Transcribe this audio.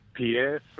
Pierre